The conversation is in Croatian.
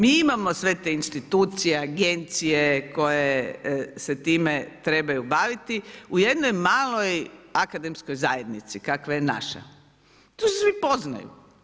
Mi imamo sve te institucije, agencije koje se time trebaju baviti, u jednoj maloj akademskoj zajednici kakva je naša, tu se svi poznaju.